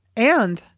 and,